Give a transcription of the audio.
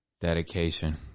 dedication